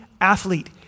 athlete